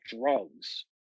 drugs